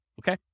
okay